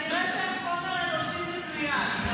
אם הייתה מדינה של יהודים, היו מצילים אותם.